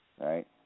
right